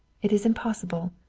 it isn't possible.